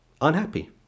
unhappy